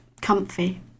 comfy